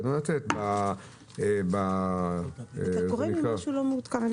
חושבת שאתה קורא ממשהו לא מעודכן.